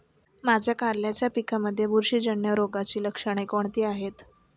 माझ्या कारल्याच्या पिकामध्ये बुरशीजन्य रोगाची लक्षणे कोणती आहेत?